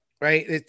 right